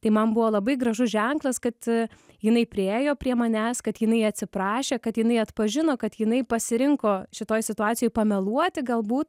tai man buvo labai gražus ženklas kad jinai priėjo prie manęs kad jinai atsiprašė kad jinai atpažino kad jinai pasirinko šitoj situacijoj pameluoti galbūt